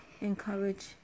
encourage